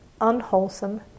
unwholesome